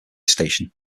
station